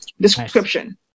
description